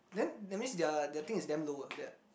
then that means their their things is damn low ah that